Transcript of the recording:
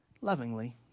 lovingly